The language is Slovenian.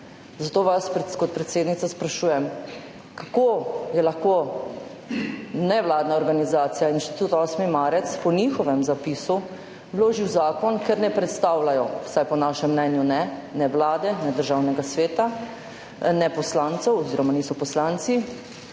Zato vas, kot predsednico, sprašujem, kako je lahko nevladna organizacija Inštitut 8. marec po njihovem zapisu vložila zakon, ker ne predstavljajo, vsaj po našem mnenju ne, ne Vlade, ne Državnega sveta, ne poslancev oziroma niso poslanci.